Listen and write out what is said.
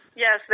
Yes